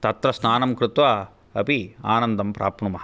तत्र स्नानं कृत्वा अपि आनन्दं प्राप्नुमः